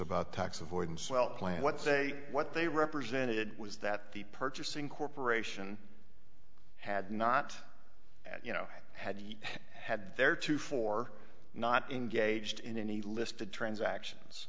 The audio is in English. about tax avoidance well planned what say what they represented was that the purchasing corporation had not yet you know had had their two for not engaged in any listed transactions